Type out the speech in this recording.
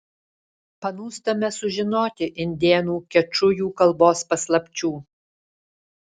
panūstame sužinoti indėnų kečujų kalbos paslapčių